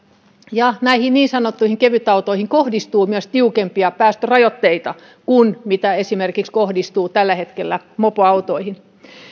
ja näihin niin sanottuihin kevytautoihin kohdistuu myös tiukempia päästörajoitteita kuin mitä kohdistuu tällä hetkellä esimerkiksi mopoautoihin